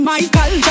Michael